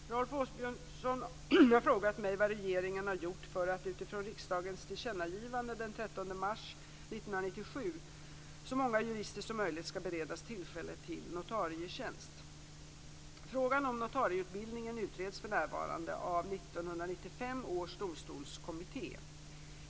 Fru talman! Rolf Åbjörnsson har frågat mig vad regeringen har gjort för att, utifrån riksdagens tillkännagivande den 13 mars 1997, så många jurister som möjligt skall beredas tillfälle till notarietjänst.